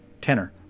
tenor